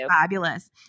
fabulous